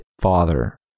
father